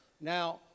Now